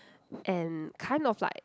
and kind of like